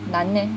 难 meh